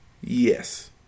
Yes